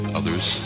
others